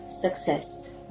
success